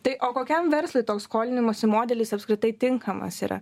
tai o kokiam verslui toks skolinimosi modelis apskritai tinkamas yra